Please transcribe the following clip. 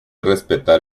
respetar